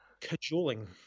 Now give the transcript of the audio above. Cajoling